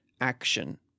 action